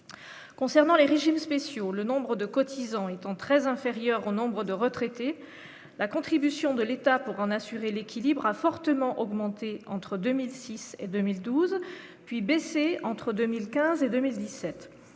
concernant les régimes spéciaux, le nombre de cotisants étant très inférieur au nombre de retraités, la contribution de l'État pour en assurer l'équilibre a fortement augmenté entre 2006 et 2012, puis baissé entre 2015 et 2017